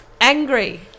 Angry